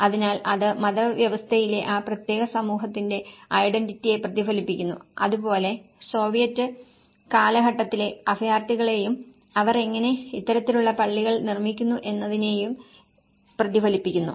അതിനാൽ അത് മതവ്യവസ്ഥയിലെ ആ പ്രത്യേക സമൂഹത്തിന്റെ ഐഡന്റിറ്റിയെ പ്രതിഫലിപ്പിക്കുന്നു അതുപോലെ സോവിയറ്റ് കാലഘട്ടത്തിലെ അഭയാർത്ഥികളെയും അവർ എങ്ങനെ ഇത്തരത്തിലുള്ള പള്ളികൾ നിർമ്മിക്കുന്നു എന്നതിനെയും പ്രതിഫലിപ്പിക്കുന്നു